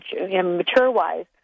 mature-wise